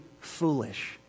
foolish